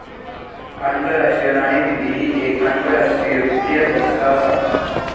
आंतरराष्ट्रीय नाणेनिधी ही येक आंतरराष्ट्रीय वित्तीय संस्था असा